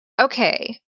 Okay